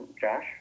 josh